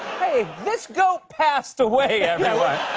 hey, this goat passed away everyone.